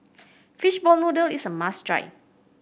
fishball noodle is a must try